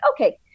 okay